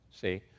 see